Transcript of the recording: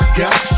got